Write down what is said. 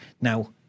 Now